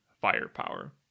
firepower